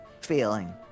feeling